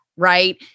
right